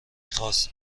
خواست